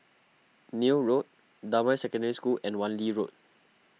Neil Road Damai Secondary School and Wan Lee Road